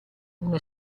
una